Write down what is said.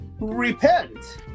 Repent